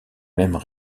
mêmes